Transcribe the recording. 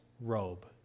robe